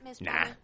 Nah